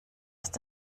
ist